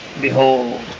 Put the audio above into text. Behold